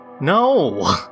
No